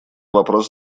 вопрос